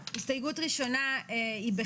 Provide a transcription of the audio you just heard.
אנחנו מתנגדים לכך.